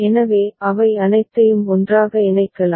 எனவே அவை அனைத்தையும் ஒன்றாக இணைக்கலாம்